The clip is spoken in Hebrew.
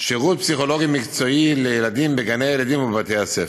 שירות פסיכולוגי מקצועי לילדים בגני-הילדים ובבתי-הספר.